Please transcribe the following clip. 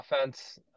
offense